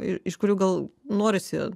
iš kurių gal norisi